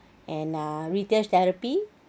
and err retail therapy